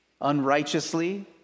unrighteously